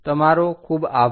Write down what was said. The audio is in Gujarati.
તમારો ખૂબ આભાર